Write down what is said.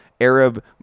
Arab